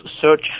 search